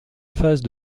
phase